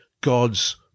God's